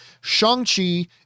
Shang-Chi